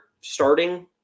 starting